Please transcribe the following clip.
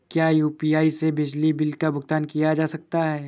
क्या यू.पी.आई से बिजली बिल का भुगतान किया जा सकता है?